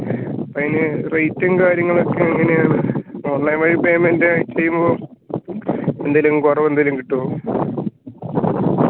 അപ്പം അതിന് റേറ്റും കാര്യങ്ങളൊക്കെ എങ്ങനെയാണ് ഓൺലൈൻ വഴി പയ്മെൻ്റ് ചെയ്യുമ്പോൾ എന്തെങ്കിലും കുറവ് എന്തെങ്കിലും കിട്ടുമോ